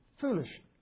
foolish